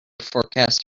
forecast